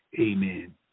amen